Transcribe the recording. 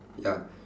ya